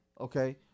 okay